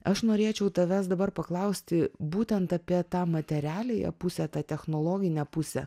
aš norėčiau tavęs dabar paklausti būtent apie tą materialiąją pusę tą technologinę pusę